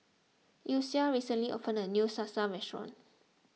Elsie recently opened a new Salsa restaurant